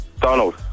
Donald